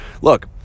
look